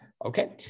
Okay